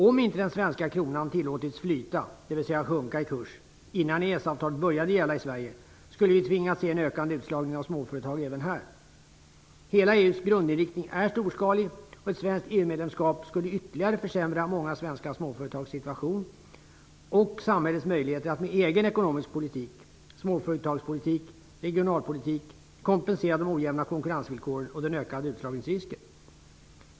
Om inte den svenska kronan tillåtits flyta, dvs. sjunka i kurs, innan EES-avtalet började gälla i Sverige, skulle vi ha tvingats se en ökande utslagning av småföretag även här. Hela EU:s grundinriktning är storskalig, och ett svenskt EU-medlemskap skulle ytterligare försämra många svenska småföretags situation och samhällets möjligheter att med egen ekonomisk politik kompensera de ojämna konkurrensvillkoren och den ökande utslagningsrisken.